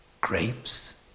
Grapes